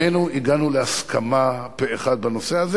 שנינו הגענו להסכמה פה-אחד בנושא הזה,